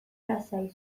lasai